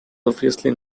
obviously